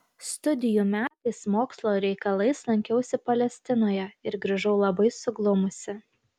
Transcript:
studijų metais mokslo reikalais lankiausi palestinoje ir grįžau labai suglumusi